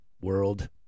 world